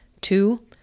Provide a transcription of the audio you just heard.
two